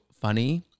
funny